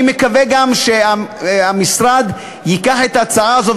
אני מקווה גם שהמשרד ייקח את ההצעה הזאת.